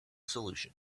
solution